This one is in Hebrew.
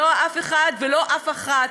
לא אחד ולא אחת,